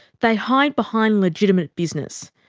they hide behind legitimate business.